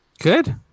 Good